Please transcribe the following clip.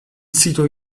sito